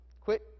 Quit